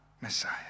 Messiah